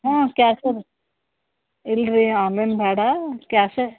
ಹ್ಞೂ ಕ್ಯಾಶ ರೀ ಇಲ್ಲ ರೀ ಆನ್ಲೈನ್ ಬೇಡ ಕ್ಯಾಶೆ